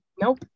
Nope